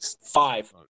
Five